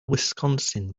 wisconsin